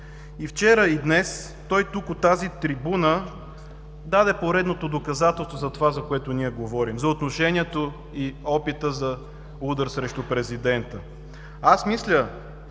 И вчера, и днес той тук от тази трибуна даде поредното доказателство за това, за което ние говорим, за отношението и опита за удар срещу президента. Аз мисля,